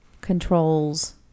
controls